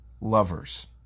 lovers